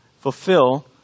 Fulfill